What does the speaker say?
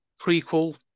prequel